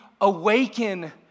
awaken